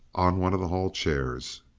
on one of the hall chairs.